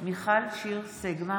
קטי קטרין שטרית,